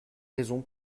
raison